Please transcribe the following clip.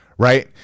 Right